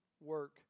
work